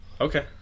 Okay